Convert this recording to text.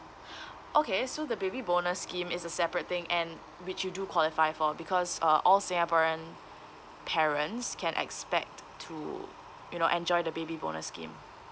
okay so the baby bonus scheme is a separate thing and which you do qualify for because uh all singaporean parents can expect to you know enjoy the baby bonus scheme